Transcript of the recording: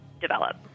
develop